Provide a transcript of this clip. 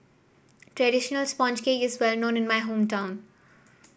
traditional sponge cake is well known in my hometown